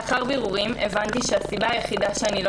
לאחר בירורים הבנתי שהסיבה היחידה שאני לא